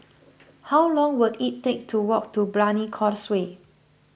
how long will it take to walk to Brani Causeway